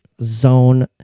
Zone